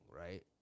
right